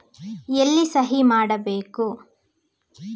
ಎಲ್ಲಿ ಸಹಿ ಮಾಡಬೇಕು?